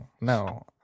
No